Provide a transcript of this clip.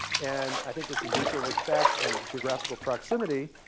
and i think this is mutual respect and geographical proximity.